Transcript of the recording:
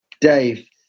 Dave